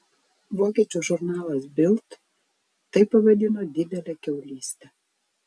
vokiečių žurnalas bild tai pavadino didele kiaulyste